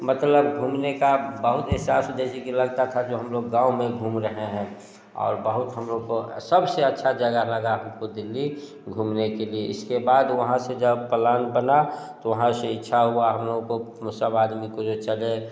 मतलब घूमने का बहुत ऐसा जैसे कि लगता था जो हम लोग गाँव में घूम रहे हैं और बहुत हम लोग को सबसे अच्छा जगह लगा हम को दिल्ली घूमने के लिए इसके बाद वहाँ से जब प्लान बना तो वहाँ से इच्छा हुआ हम लोगों को उस सवारी में कोई चले